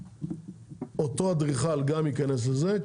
אותו אדריכל גם ייכנס לזה.